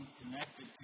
connected